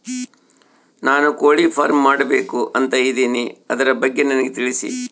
ನಾನು ಕೋಳಿ ಫಾರಂ ಮಾಡಬೇಕು ಅಂತ ಇದಿನಿ ಅದರ ಬಗ್ಗೆ ನನಗೆ ತಿಳಿಸಿ?